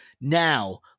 Now